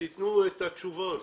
ותתנו את התשובות,